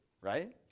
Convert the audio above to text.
right